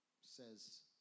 says